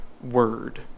word